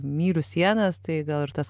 myliu sienas tai gal ir tas